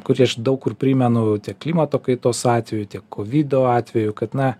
kurį aš daug kur primenu tiek klimato kaitos atveju tiek kovido atveju kad na